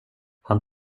han